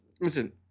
listen